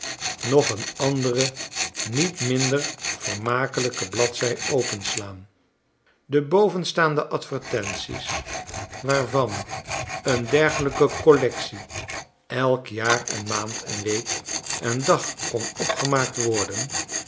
nog een andere niet minder vermakelijke bladzij openslaan de bovenstaande advertenties waarvan een dergelijke collectie elk jaar en maand en week en dag kon opgemaakt worden